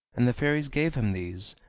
and the fairies gave him these,